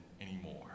anymore